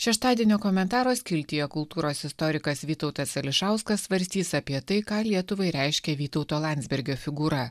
šeštadienio komentarų skiltyje kultūros istorikas vytautas ališauskas svarstys apie tai ką lietuvai reiškia vytauto landsbergio figūra